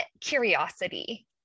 curiosity